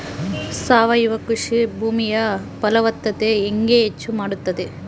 ಸಾವಯವ ಕೃಷಿ ಭೂಮಿಯ ಫಲವತ್ತತೆ ಹೆಂಗೆ ಹೆಚ್ಚು ಮಾಡುತ್ತದೆ?